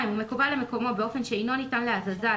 הוא מקובע למקומו באופן שאינו ניתן להזזה,